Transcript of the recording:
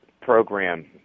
program